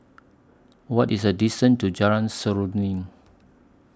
What IS The distance to Jalan Seruling